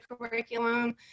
curriculum